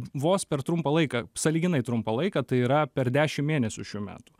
vos per trumpą laiką sąlyginai trumpą laiką tai yra per dešim mėnesių šių metų